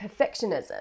perfectionism